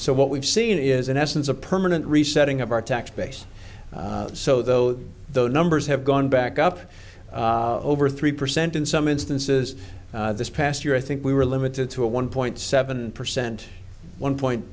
so what we've seen is in essence a permanent resetting of our tax base so though the numbers have gone back up over three percent in some instances this past year i think we were limited to a one point seven percent one point